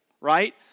right